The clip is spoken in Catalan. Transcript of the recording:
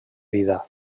vida